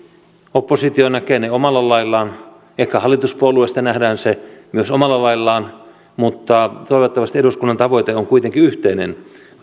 oppositio näkee ne omalla laillaan ehkä hallituspuolueista nähdään se myös omalla laillaan mutta toivottavasti eduskunnan tavoite on kuitenkin yhteinen